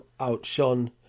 outshone